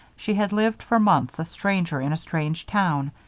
she had lived for months a stranger in a strange town,